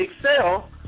excel